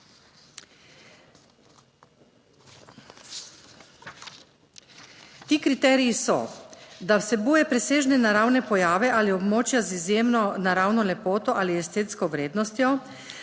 ti kriteriji so: da vsebuje presežne naravne pojave ali območja z izjemno naravno lepoto ali estetsko vrednostjo,